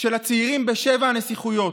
של הצעירים בשבע הנסיכויות,